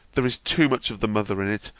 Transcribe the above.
there is too much of the mother in it,